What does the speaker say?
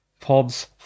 Pods